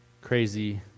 crazy